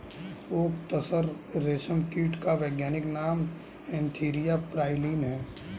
okay तसर रेशम कीट का वैज्ञानिक नाम एन्थीरिया प्राइलीन है